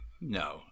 No